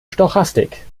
stochastik